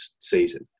season